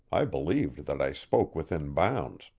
i believed that i spoke within bounds.